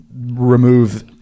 remove